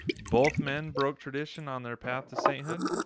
both men broke tradition on their path to sainthood.